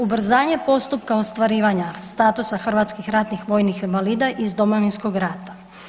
Ubrzanje postupka ostvarivanja statusa hrvatskih ratnih vojnih invalida iz Domovinskog rata.